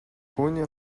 түүний